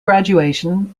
graduation